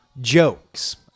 jokes